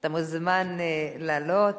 אתה מוזמן לעלות,